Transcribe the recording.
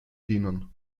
dienen